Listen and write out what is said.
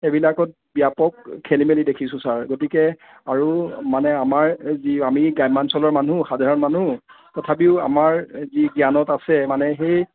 সেইবিলাকত ব্যাপক খেলি মেলি দেখিছোঁ ছাৰ আৰু মানে আমাৰ যি আমি গ্ৰাম্যাঞ্চলৰ মানুহ সাধাৰণ মানুহ তথাপিও আমাৰ যি জ্ঞানত আছে মানে সেই